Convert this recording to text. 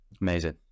Amazing